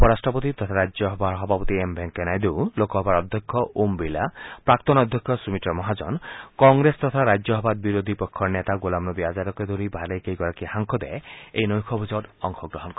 উপ ৰাট্টপতি তথা ৰাজ্যসভাৰ সভাপতি এম ভেংকায়া নাইডু লোকসভাৰ অধ্যক্ষ ওম বিৰলা প্ৰাক্তন অধ্যক্ষ সুমিত্ৰা মহাজন কংগ্ৰেছ তথা ৰাজ্যসভাত বিৰোধী পক্ষৰ নেতা গোলাম নবী আজাদকে ধৰি ভালেকেইগৰাকী সাংসদে এই নৈশ ভোজত অংশগ্ৰহণ কৰে